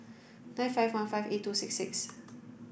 nine five one five eight two six six